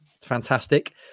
Fantastic